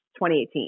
2018